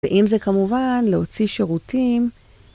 ואם זה כמובן להוציא שירותים...